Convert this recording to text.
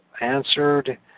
answered